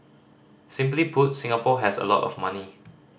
simply put Singapore has a lot of money